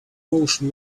motion